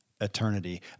eternity